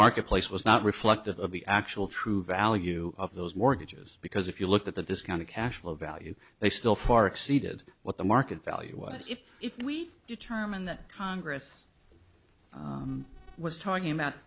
marketplace was not reflective of the actual true value of those mortgages because if you look at the discounted cash flow value they still far exceeded what the market value was if if we determine that congress was talking about